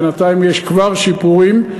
בינתיים, יש כבר שיפורים.